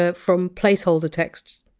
ah from placeholder text.